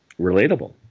relatable